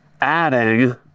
adding